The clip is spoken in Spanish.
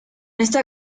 esta